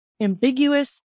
ambiguous